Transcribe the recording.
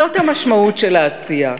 זאת המשמעות של העשייה.